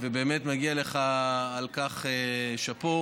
ובאמת מגיע לך על כך שאפו,